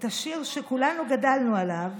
השיר שכולנו גדלנו עליו,